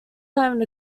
time